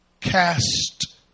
Cast